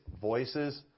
voices